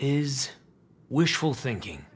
is wishful thinking